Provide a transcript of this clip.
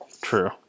True